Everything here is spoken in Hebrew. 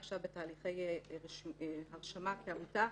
היא עכשיו בתהליכי הרשמה כעמותה,